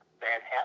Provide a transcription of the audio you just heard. Manhattan